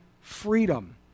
freedom